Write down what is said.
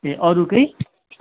ए अरू केही